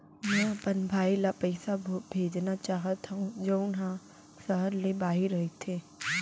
मै अपन भाई ला पइसा भेजना चाहत हव जऊन हा सहर ले बाहिर रहीथे